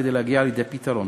כדי להגיע לידי פתרון.